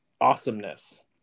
awesomeness